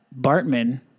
Bartman